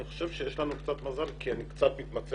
אני חושב שיש לנו קצת מזל כי אני קצת מתמצא